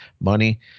money